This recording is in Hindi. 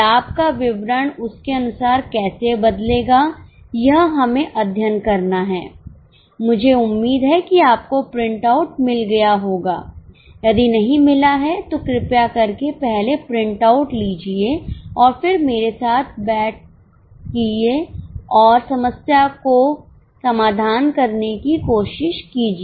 लाभ का विवरण उसके अनुसार कैसे बदलेगा यह हमें अध्ययन करना है मुझे उम्मीद है कि आपको प्रिंट आउट मिल गया होगा यदि नहीं मिला है तो कृपया करके पहले प्रिंट आउट लीजिए और फिर मेरे साथ बैठ किए और समस्या को समाधान करने की कोशिश कीजिए